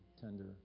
tender